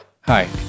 Hi